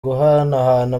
guhanahana